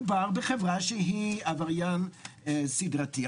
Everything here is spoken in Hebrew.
מדובר בחברה שהיא עבריינית סדרתית.